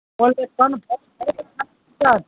confirm ہے